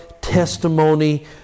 testimony